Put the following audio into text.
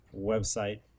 website